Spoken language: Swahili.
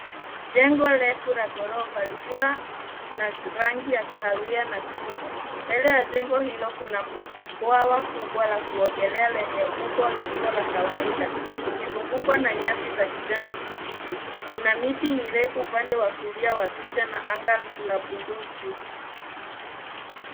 Jengo refu la ghorofa likiwa na rangi ya kahawia na krimu. Mbele ya jengo hilo kuna bwawa kubwa la kuogelea lenye umbo lisilo la kawaida likizungukwa na nyasi za kijani kibichi. Kuna miti mirefu upande wa kulia wa picha na anga la buluu juu.